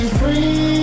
free